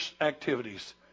activities